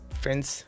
friends